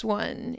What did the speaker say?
one